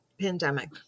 pandemic